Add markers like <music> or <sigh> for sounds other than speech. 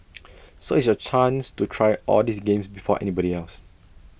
<noise> so it's your chance to try all these games before anybody else